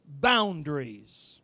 boundaries